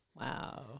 Wow